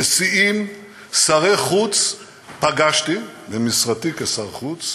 נשיאים ושרי חוץ פגשתי במשרתי כשר חוץ